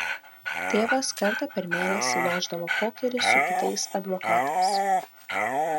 tėvas kartą per mėnesį lošdavo pokerį su kitais advokatais